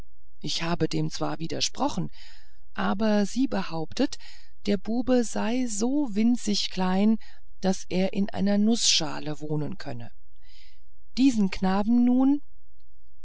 ich habe dem zwar widersprochen sie behauptet aber der bube sei so winzig klein daß er in einer nußschale wohnen könne diesen knaben nun